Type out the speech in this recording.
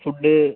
food